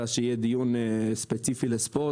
אמרת שיהיה דיון ספציפי על ספורט,